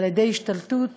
על-ידי השתלטות,